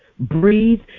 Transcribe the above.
Breathe